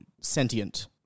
sentient